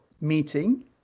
meeting